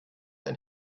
ein